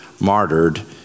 martyred